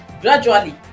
gradually